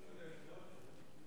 ברשות היושב-ראש,